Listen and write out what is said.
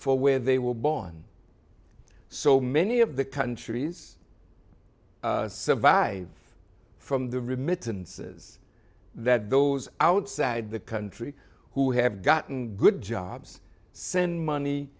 for where they were born so many of the countries survive from the remittances that those outside the country who have gotten good jobs send money